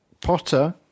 Potter